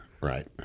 Right